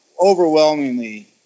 overwhelmingly